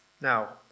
Now